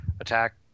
attack